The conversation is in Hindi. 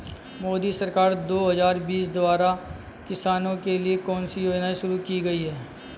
मोदी सरकार दो हज़ार बीस द्वारा किसानों के लिए कौन सी योजनाएं शुरू की गई हैं?